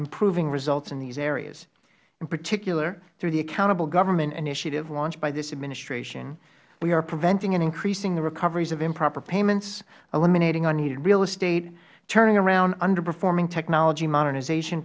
improving results in these areas in particular through the accountable government initiative launched by this administration we are preventing and increasing the recoveries of improper payments eliminating unused real estate turning around underperforming technology modernization